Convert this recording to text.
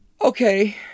Okay